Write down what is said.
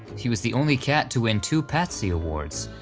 he was the only cat to win two patsy awards,